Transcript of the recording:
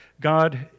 God